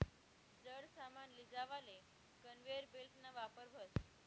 जड सामान लीजावाले कन्वेयर बेल्टना वापर व्हस